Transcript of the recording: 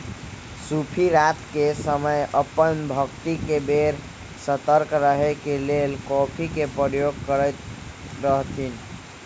सूफी रात के समय अप्पन भक्ति के बेर सतर्क रहे के लेल कॉफ़ी के प्रयोग करैत रहथिन्ह